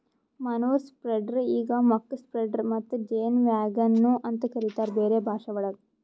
manure spreader ಈಗ್ muck spreader ಮತ್ತ ಜೇನ್ ವ್ಯಾಗನ್ ನು ಅಂತ ಕರಿತಾರ್ ಬೇರೆ ಭಾಷೆವಳಗ್